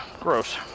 Gross